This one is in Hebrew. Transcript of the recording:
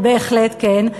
בהחלט כן,